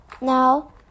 Now